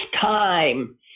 time